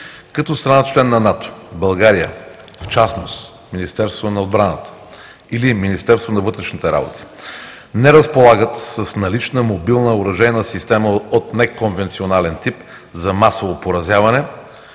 като страна – член на НАТО, България, в частност Министерството на отбраната или Министерството на вътрешните работи, не разполагат с налична мобилна оръжейна система от неконвенционален тип за масово поразяване,